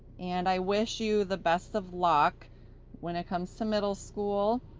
and i wish you the best of luck when it comes to middle school.